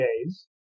days